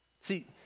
See